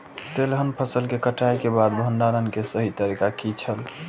तेलहन फसल के कटाई के बाद भंडारण के सही तरीका की छल?